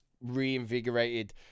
reinvigorated